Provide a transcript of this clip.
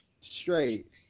straight